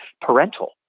parental